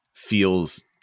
feels